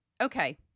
Okay